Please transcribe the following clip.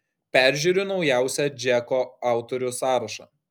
peržiūriu naujausią džeko autorių sąrašą